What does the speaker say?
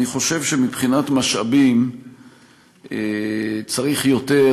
אני חושב שמבחינת משאבים צריך יותר,